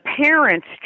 parents